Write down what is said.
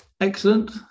excellent